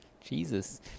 Jesus